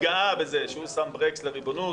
התגאה בזה שהוא שם ברקס לריבונות